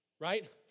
right